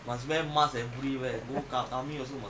you know you know what you did a not